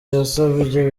yasabye